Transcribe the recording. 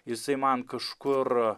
jisai man kažkur